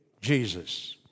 Jesus